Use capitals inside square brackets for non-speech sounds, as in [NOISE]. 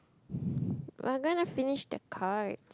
[BREATH] we are going to finish the cards